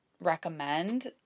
recommend